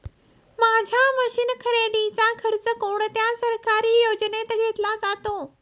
माझ्या मशीन खरेदीचा खर्च कोणत्या सरकारी योजनेत घेतला जातो?